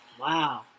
Wow